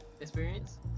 experience